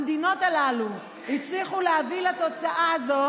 המדינות הללו הצליחו להביא לתוצאה הזו